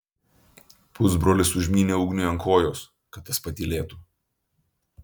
pusbrolis užmynė ugniui ant kojos kad tas patylėtų